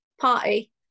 party